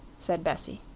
said bessie.